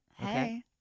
Hey